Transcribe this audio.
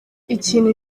ikintu